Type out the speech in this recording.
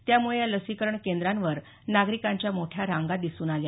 त्यामुळे या लसीकरण केंद्रांवर नागरिकांच्या मोठ्या रांगा दिसून आल्या